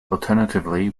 alternatively